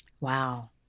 Wow